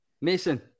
Mason